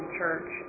church